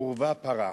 עורבא פרח?